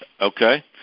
Okay